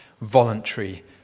voluntary